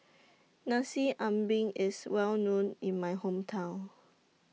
Nasi Ambeng IS Well known in My Hometown